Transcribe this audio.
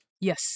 Yes